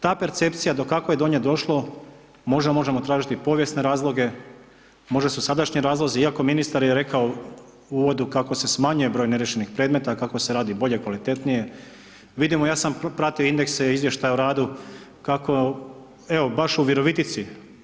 Ta percepcija, do kako je do nje došlo, možda možemo tražiti povijesne razloge, možda su sadašnji razlozi iako ministar je rekao u uvodu kako se smanjuje broj ne riješenih predmeta, kako se radi bolje, kvalitetnije, vidimo ja sam pratio indekse izvještaja o radu kako evo baš u Virovitici.